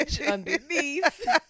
underneath